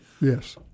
Yes